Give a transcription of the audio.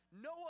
no